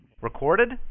Recorded